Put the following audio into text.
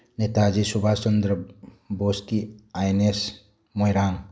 ꯅꯦꯇꯥꯖꯤ ꯁꯨꯕꯥꯁ ꯆꯟꯗ꯭ꯔ ꯕꯣꯁꯀꯤ I N S Moirang